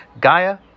Gaia